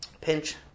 pinch